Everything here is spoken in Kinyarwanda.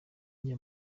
njye